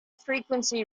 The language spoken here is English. frequency